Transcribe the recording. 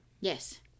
Yes